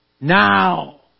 Now